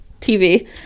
TV